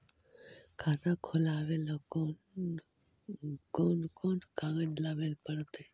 खाता खोलाबे ल कोन कोन कागज लाबे पड़तै?